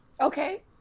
Okay